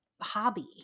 hobby